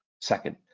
Second